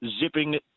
zipping